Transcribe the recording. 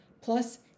plus